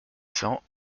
cents